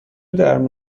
درمون